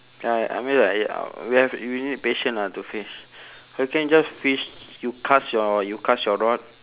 ya I mean like ya we have we need patience lah to fish you can just fish you cast your you cast your rod